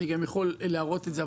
אני גם יכול להראות את זה,